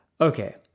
Okay